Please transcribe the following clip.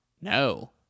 No